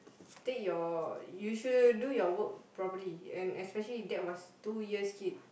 take your you should do your work properly and especially that was two years kid